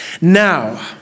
now